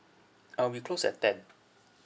uh we close at ten